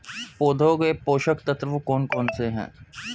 पौधों के पोषक तत्व कौन कौन से हैं?